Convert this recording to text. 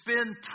spend